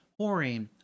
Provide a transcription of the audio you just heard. whoring